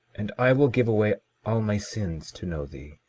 and i will give away all my sins to know thee,